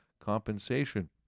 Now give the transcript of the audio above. compensation